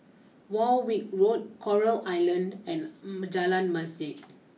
Warwick Road Coral Island and Jalan Masjid